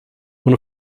one